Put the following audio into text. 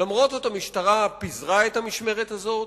למרות זאת המשטרה פיזרה את המשמרת הזאת,